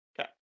Okay